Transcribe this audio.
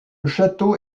château